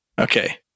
okay